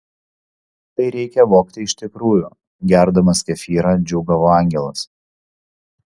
tai reikia vogti iš tikrųjų gerdamas kefyrą džiūgavo angelas